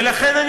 ולכן,